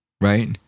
right